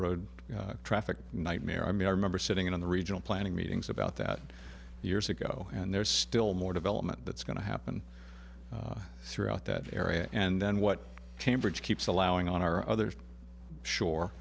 road traffic nightmare i mean i remember sitting in the regional planning meetings about that years ago and there's still more development that's going to happen throughout that area and then what cambridge keeps allowing on our other shore